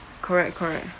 correct correct